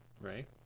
Right